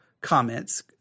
comments